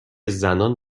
زنان